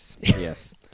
yes